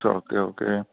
it's okay okay